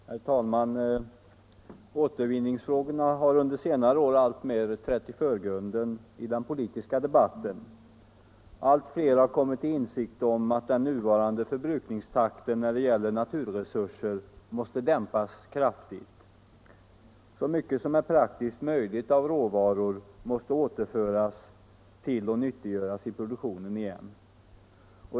Herr talman! Återvinningsfrågorna har under senare år alltmer trätt i förgrunden i den politiska debatten. Allt fler har kommit till insikt om att den nuvarande förbrukningstakten när det gäller naturresurser måste dämpas kraftigt. Så mycket av råvarorna som det är praktiskt möjligt måste återföras till produktionen och nyttiggöras igen.